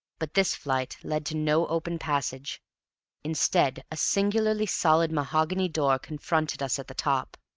but this flight led to no open passage instead, a singularly solid mahogany door confronted us at the top.